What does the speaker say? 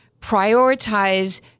Prioritize